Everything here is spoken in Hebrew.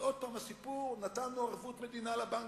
אז עוד פעם הסיפור: נתנו ערבות מדינה לבנקים,